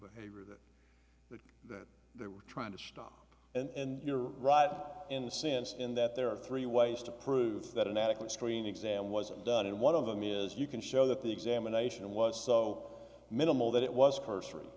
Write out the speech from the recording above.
behavior that that they were trying to stop and you're right but in the sense in that there are three ways to prove that an adequate screen exam was done and one of them is you can show that the examination was so minimal that it was cursory